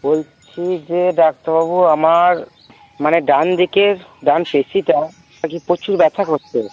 বলছি যে ডাক্তারবাবু আমার মানে ডান দিকের ডান পেশিটা বলছি প্রচুর ব্যথা করছে